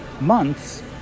months